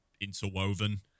interwoven